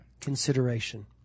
consideration